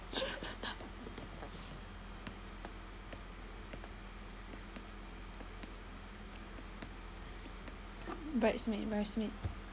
bridesmaid bridesmaid